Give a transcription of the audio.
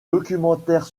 documentaire